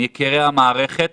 מיקירי המערכת